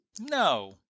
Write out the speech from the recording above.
No